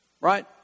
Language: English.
Right